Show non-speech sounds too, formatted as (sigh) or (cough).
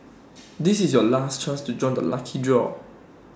(noise) this is your last chance to join the lucky draw